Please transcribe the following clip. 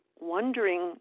wondering